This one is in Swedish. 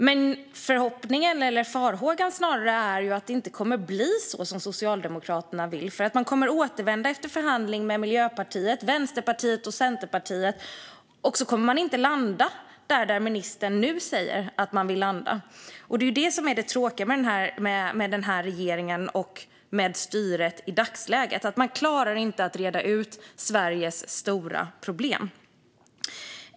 Men farhågan är att det inte kommer att bli så som Socialdemokraterna vill, för man kommer att återvända efter förhandling med Miljöpartiet, Vänsterpartiet och Centerpartiet och inte ha landat där ministern nu säger att man vill landa. Det är det som är det tråkiga med den här regeringen och med styret i dagsläget. Man klarar inte att reda ut Sveriges stora problem.